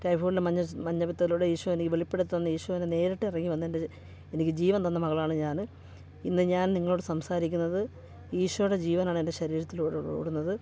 typhoid മഞ്ഞ മഞ്ഞപ്പിത്തത്തിലൂടെ ഈശോ എനിക്ക് വെളിപ്പെടുത്തിതന്നു ഈശോ എന്നെ നേരിട്ടിറങ്ങി വന്നെൻ്റെ എനിക്ക് ജീവൻ തന്ന മകളാണ് ഞാൻ ഇന്ന് ഞാൻ നിങ്ങളോട് സംസാരിക്കുന്നത് ഈശോടെ ജീവനാണെൻ്റെ ശരീരത്തിലൂടെ ഓടുന്നത്